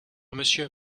monsieur